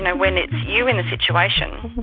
and when it's you in the situation,